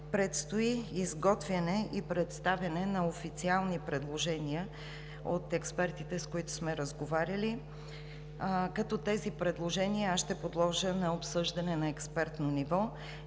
Предстои изготвяне и представяне на официални предложения от експертите, с които сме разговаряли, като тези предложения ще ги подложа на обсъждане на експертно ниво.